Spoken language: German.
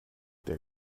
der